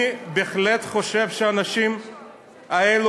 אני בהחלט חושב שהאנשים האלה,